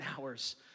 hours